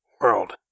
world